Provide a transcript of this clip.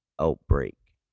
outbreak